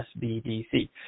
SBDC